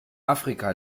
afrika